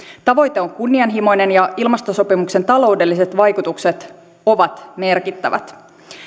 tavoite on kunnianhimoinen ja ilmastosopimuksen taloudelliset vaikutukset ovat merkittävät